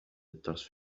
الدرس